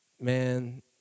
man